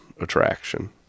attraction